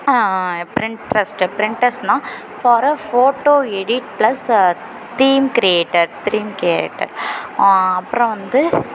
Pinterest பிரிண்டரஸ்னா for a photo edit plus theme creator theme creator அப்புறம் வந்து